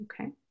Okay